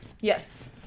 Yes